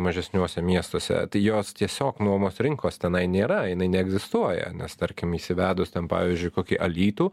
mažesniuose miestuose tai jos tiesiog nuomos rinkos tenai nėra jinai neegzistuoja nes tarkim įsivedus ten pavyzdžiui kokį alytų